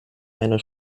einer